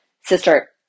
Sister